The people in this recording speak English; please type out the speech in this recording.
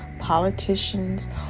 Politicians